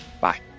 Bye